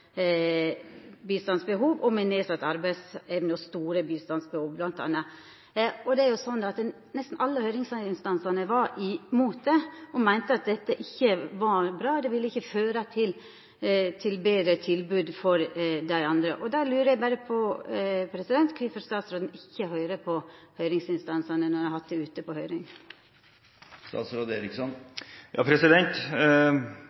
bistandsbehov og personar med nedsette arbeidsevner og store bistandsbehov. Nesten alle høyringsinstansane var mot dette og meinte at dette ikkje var bra – det ville ikkje føra til betre tilbod for dei andre. Då lurar eg berre på kvifor statsråden ikkje høyrer på høyringsinstansane, når han har hatt dette ute på